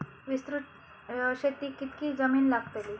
विस्तृत शेतीक कितकी जमीन लागतली?